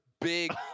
big